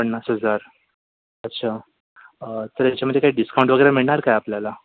पन्नास हजार अच्छा तर याच्यामध्ये काय डिस्काउंट वगैरे मिळणार काय आपल्याला